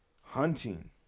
hunting